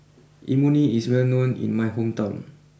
Imoni is well known in my hometown